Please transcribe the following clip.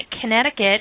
Connecticut